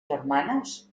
germanes